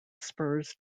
spurs